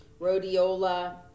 Rhodiola